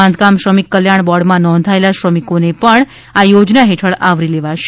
બાંધકામ શ્રમિક કલ્યાણ બોર્ડમાં નોંધાયેલા શ્રમિકોને પણ આ યોજના હેઠળ આવરી લેવાશે